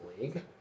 league